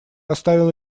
оставил